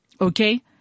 Okay